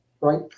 right